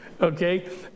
okay